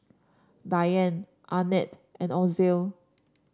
Dianne Arnett and Ozell